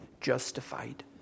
justified